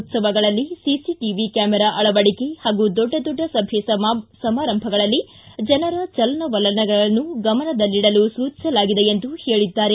ಉತ್ಸವಗಳಲ್ಲಿ CCTV camera ಅಳವಡಿಕೆ ಹಾಗೂ ದೊಡ್ಡ ದೊಡ್ಡ ಸಭೆ ಸಮಾರಂಭಗಳಲ್ಲಿ ಜನರ ಚಲನವಲನಗಳನ್ನು ಗಮನದಲ್ಲಿಡಲು ಸೂಚಿಸಲಾಗಿದೆ ಎಂದು ಹೇಳಿದ್ದಾರೆ